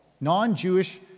non-Jewish